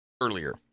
earlier